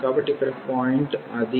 కాబట్టి ఇక్కడ పాయింట్ అది